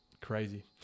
Crazy